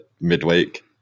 midweek